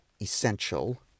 essential